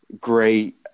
great